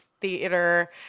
theater